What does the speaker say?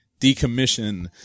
decommission